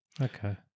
okay